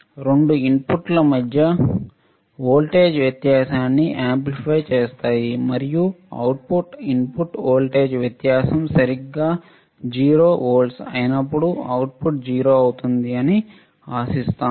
2 input మధ్య voltage వ్యత్యాసాన్ని amplify చేస్తాయి మరియు అవుట్పుట్ ఇన్పుట్ వోల్టేజ్ వ్యత్యాసం సరిగ్గా 0 వోల్ట్లు అయినప్పుడు అవుట్పుట్ 0 అవుతుంది అని ఆశిస్తాము